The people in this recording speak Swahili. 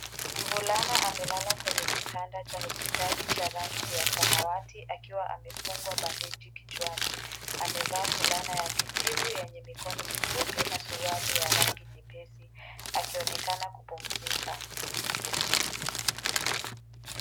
Mvulana amelala kwenye kitanda cha hospitali cha rangi ya samawati akiwa amefungwa bandeji kichwani. Amevaa fulana ya kijivu yenye mikono mifupi na suruali ya rangi nyepesi akionekana kupumzika.